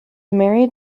married